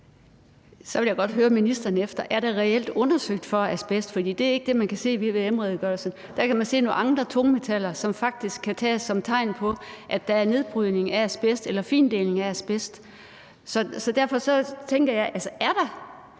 Så vil jeg godt høre ministeren, om der reelt er undersøgt for asbest, for det er ikke det, man kan se i vvm-redegørelsen. Der kan man se nogle andre tungmetaller, som faktisk kan tages som tegn på, at der er nedbrydning af asbest eller findeling af asbest, så derfor tænker jeg: Er der